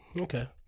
Okay